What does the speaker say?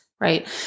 Right